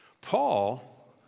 Paul